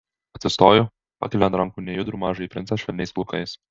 atsistoju pakeliu ant rankų nejudrų mažąjį princą švelniais plaukais